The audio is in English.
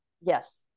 Yes